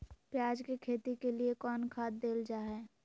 प्याज के खेती के लिए कौन खाद देल जा हाय?